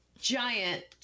giant